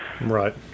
right